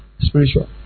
Spiritual